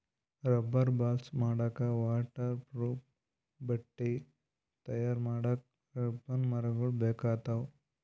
rubber balls ಮಾಡಕ್ಕಾ waterproof ಬಟ್ಟಿ ತಯಾರ್ ಮಾಡಕ್ಕ್ ರಬ್ಬರಿನ್ ಮರಗೊಳ್ ಬೇಕಾಗ್ತಾವ